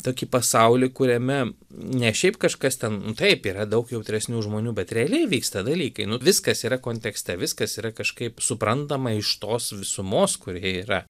tokį pasaulį kuriame ne šiaip kažkas ten taip yra daug jautresnių žmonių bet realiai vyksta dalykai nu viskas yra kontekste viskas yra kažkaip suprantama iš tos visumos kurioje yra